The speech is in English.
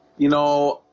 you know,